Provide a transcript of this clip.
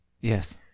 Yes